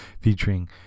featuring